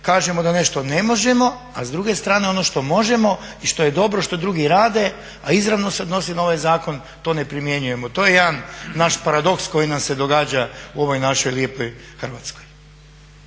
kažemo da nešto ne možemo, a s druge strane ono što možemo i što je dobro i što drugi rade, a izravno se odnosi na ovaj zakon to ne primjenjujemo. To je jedan naš paradoks koji nam se događa u ovoj našoj lijepoj Hrvatskoj.